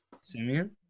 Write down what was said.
Simeon